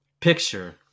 picture